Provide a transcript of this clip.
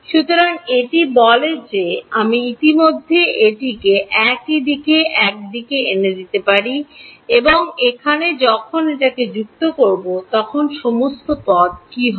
সুতরাং এটি বলে যে আমি ইতিমধ্যে এটিকে এদিকেই একদিকে এনে দিতে পারি সুতরাং এখানে যখন এখানে যুক্ত করব তখন সমস্ত পদ কী হবে